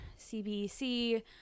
CBC